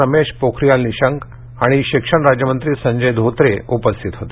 रमेश पोखरीयाल निशंक आणि शिक्षण राज्यमंत्री संजय धोत्रे उपस्थित होते